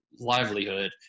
livelihood